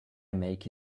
make